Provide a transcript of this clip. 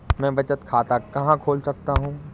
मैं बचत खाता कहाँ खोल सकता हूँ?